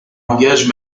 langages